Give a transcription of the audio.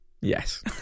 Yes